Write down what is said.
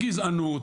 גזענות,